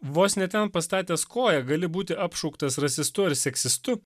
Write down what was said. vos ne ten pastatęs koją gali būti apšauktas rasistu ar seksistu